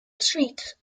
street